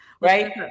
Right